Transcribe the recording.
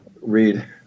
read